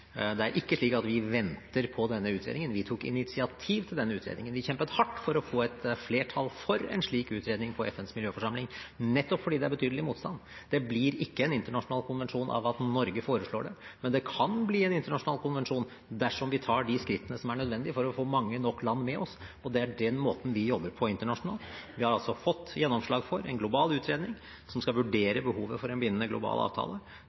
Det er ikke slik at vi venter på denne utredningen. Vi tok initiativ til denne utredningen. Vi kjempet hardt for å få et flertall for en slik utredning på FNs miljøforsamling, nettopp fordi det er betydelig motstand. Det blir ikke en internasjonal konvensjon av at Norge foreslår det, men det kan bli en internasjonal konvensjon dersom vi tar de skrittene som er nødvendig for å få mange nok land med oss, og det er den måten vi jobber på internasjonalt. Vi har altså fått gjennomslag for en global utredning som skal vurdere behovet for en bindende global avtale